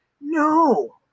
No